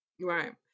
Right